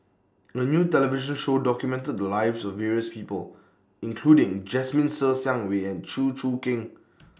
A New television Show documented The Lives of various People including Jasmine Ser Xiang Wei and Chew Choo Keng